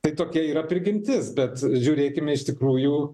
tai tokia yra prigimtis bet žiūrėkime iš tikrųjų